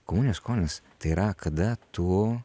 komunijos skonis tai yra kada tu